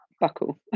buckle